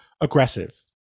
aggressive